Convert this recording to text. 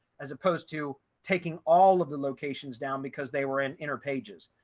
as opposed to taking all of the locations down because they were in inner pages.